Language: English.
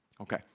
Okay